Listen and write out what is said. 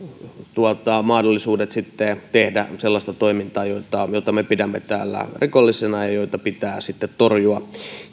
mahdollisuudet tehdä sellaista toimintaa jota jota me pidämme täällä rikollisena ja jota pitää sitten torjua